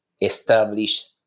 established